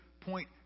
point